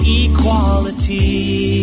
equality